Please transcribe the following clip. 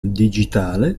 digitale